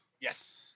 Yes